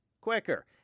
quicker